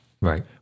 Right